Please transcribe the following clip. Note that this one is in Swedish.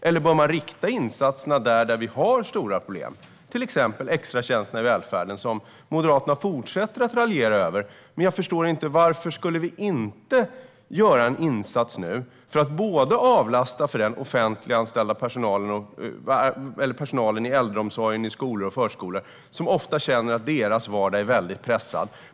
Eller bör man rikta insatserna dit där vi har stora problem, till exempel genom extratjänsterna i välfärden, som Moderaterna fortsätter att raljera över? Jag förstår inte: Varför skulle vi inte göra en insats nu för att avlasta för den offentliganställda personalen i äldreomsorg, skolor och förskolor, som ofta känner att deras vardag är väldigt pressad?